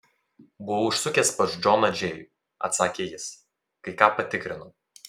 buvau užsukęs pas džoną džėjų atsakė jis kai ką patikrinau